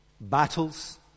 battles